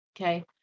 Okay